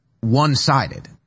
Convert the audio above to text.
one-sided